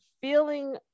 feeling